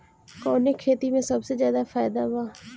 कवने खेती में सबसे ज्यादा फायदा बा?